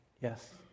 Yes